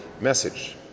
message